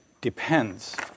depends